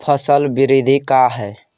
फसल वृद्धि का है?